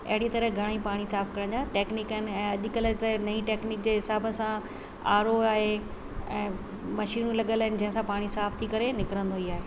अहिड़ी तरह घणा ई पाणी साफ़ु करण जा टैक्निक आहिनि ऐं अॼुकल्ह त नई टैक्निक जे हिसाब सां आर ओ आहे ऐं मशीनूं लॻियल आहिनि जंहिं सां पाणी साफ़ु थी करे निकिरंदो ई आहे